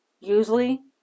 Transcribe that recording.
usually